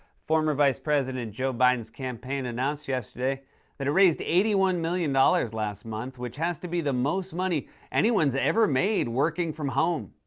former vice president joe biden's campaign announced yesterday that it raised eighty one million dollars last month, which has to be the most money anyone's ever made working from home.